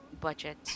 budget